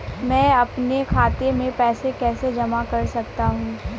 मैं अपने खाते में पैसे कैसे जमा कर सकता हूँ?